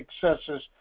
successes